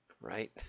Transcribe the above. right